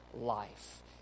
life